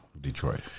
Detroit